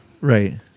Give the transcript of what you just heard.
right